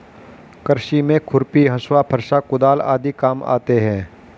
कृषि में खुरपी, हँसुआ, फरसा, कुदाल आदि काम आते है